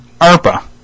ARPA